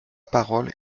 parole